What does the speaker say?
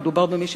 שנקטו עיצומים.